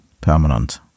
permanent